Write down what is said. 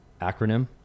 acronym